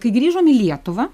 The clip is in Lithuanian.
kai grįžom į lietuvą